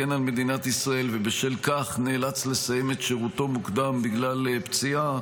הגן על מדינת ישראל ובשל כך נאלץ לסיים את שירותו מוקדם בגלל פציעה,